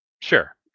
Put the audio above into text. sure